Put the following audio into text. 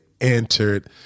entered